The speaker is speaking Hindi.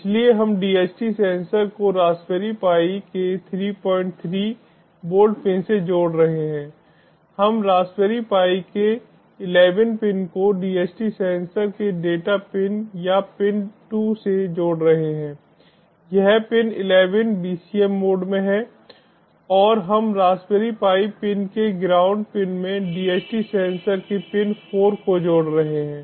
इसलिए हम DHT सेंसर को रासबेरी पाई के 33 वोल्ट पिन से जोड़ रहे हैं हम रासबेरी पाई के 11 पिन को DHT सेंसर के डेटा पिन या पिन 2 को जोड़ रहे हैं यह पिन 11 BCM मोड में है और हम रासबेरी पाई पिन के ग्राउंड पिन में DHT सेंसर के पिन 4 को जोड़ रहे हैं